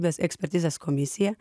ekspertizės komisija